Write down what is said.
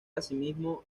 asimismo